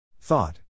Thought